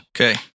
Okay